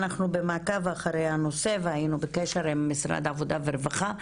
אנחנו במעקב אחרי הנושא והיינו בקשר עם משרד העבודה הרווחה,